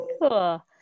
Cool